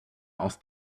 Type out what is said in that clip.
aus